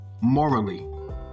morally